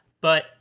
But-